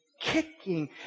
kicking